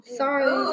sorry